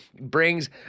brings